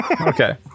okay